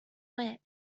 wit